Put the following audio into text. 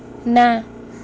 ନା